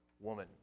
woman